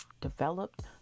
developed